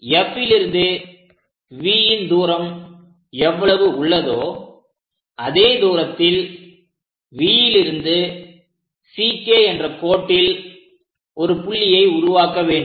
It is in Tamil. Fலிருந்து Vன் தூரம் எவ்வளவு உள்ளதோ அதே தூரத்தில் Vலிருந்து CK என்ற கோட்டில் ஒரு புள்ளியை உருவாக்க வேண்டும்